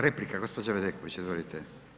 Replika, gospođa Bedeković, izvolite.